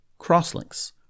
Crosslinks